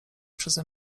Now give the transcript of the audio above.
przeze